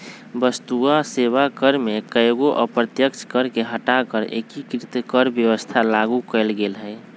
वस्तु आ सेवा कर में कयगो अप्रत्यक्ष कर के हटा कऽ एकीकृत कर व्यवस्था लागू कयल गेल हई